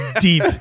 deep